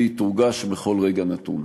והיא תורגש בכל רגע נתון.